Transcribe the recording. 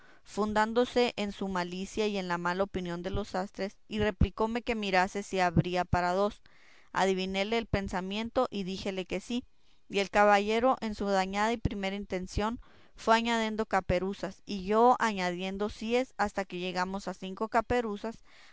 fundándose en su malicia y en la mala opinión de los sastres y replicóme que mirase si habría para dos adivinéle el pensamiento y díjele que sí y él caballero en su dañada y primera intención fue añadiendo caperuzas y yo añadiendo síes hasta que llegamos a cinco caperuzas